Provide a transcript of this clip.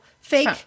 fake